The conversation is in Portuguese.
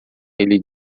ele